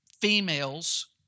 females